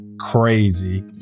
crazy